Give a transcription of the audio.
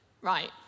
right